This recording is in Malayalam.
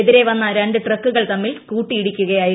എതിരെ വന്ന രണ്ടു ട്രക്കുകൾ തമ്മിൽ കൂട്ടിയിടിക്കുകയായിരുന്നു